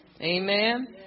Amen